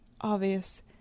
obvious